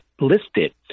listed